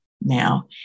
now